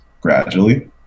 gradually